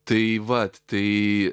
tai vat tai